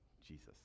Jesus